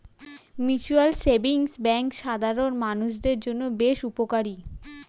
mutual savings bank সাধারণ মানুষদের জন্য বেশ উপকারী